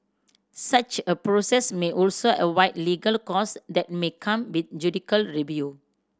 such a process may also legal costs that may come with judicial review